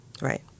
Right